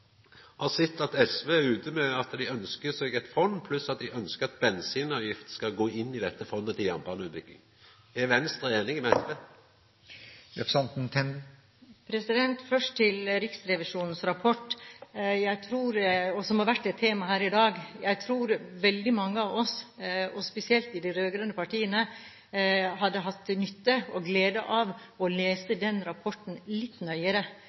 har sett at SV er ute med at dei ønskjer seg eit fond, pluss at dei ønskjer at bensinavgift skal gå inn i dette fondet til jernbaneutbygging. Er Venstre einig med SV? Først til Riksrevisjonens rapport, som har vært et tema her i dag. Jeg tror veldig mange av oss, og spesielt i de rød-grønne partiene, hadde hatt nytte og glede av å lese den rapporten litt